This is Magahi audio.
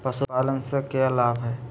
पशुपालन से के लाभ हय?